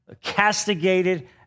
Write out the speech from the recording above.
castigated